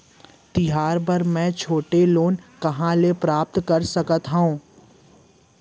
तिहार बर मै छोटे लोन कहाँ ले प्राप्त कर सकत हव?